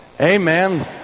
Amen